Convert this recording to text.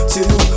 Two